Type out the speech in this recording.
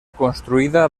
construida